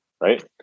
right